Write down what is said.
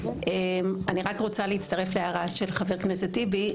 אני רוצה להצטרף להערה של חבר הכנסת טיבי.